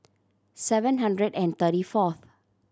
seven hundred and thirty fourth